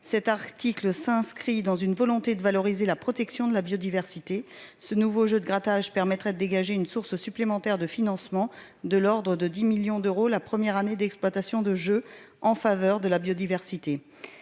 cet article s'inscrit dans une volonté de valoriser la protection de la biodiversité, ce nouveau jeu de grattage, permettrait de dégager une source supplémentaire de financement de l'ordre de 10 millions d'euros la première année d'exploitation de jeu en faveur de la biodiversité,